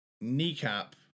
kneecap